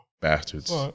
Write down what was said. bastards